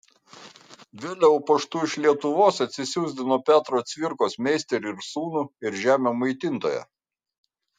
vėliau paštu iš lietuvos atsisiųsdino petro cvirkos meisterį ir sūnų ir žemę maitintoją